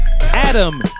Adam